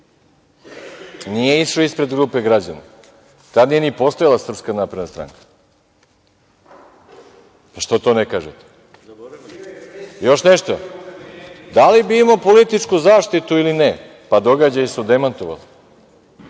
Nije išao ispred grupe građana, tada nije ni postojala SNS. Pa, što to ne kažete? Još nešto, da li bi imao političku zaštitu ili ne, pa događaji su demantovali.